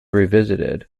revisited